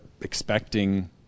expecting